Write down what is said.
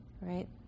right